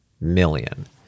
million